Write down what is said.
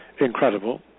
Incredible